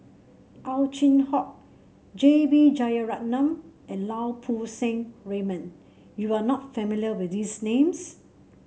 Ow Chin Hock J B Jeyaretnam and Lau Poo Seng Raymond you are not familiar with these names